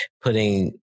putting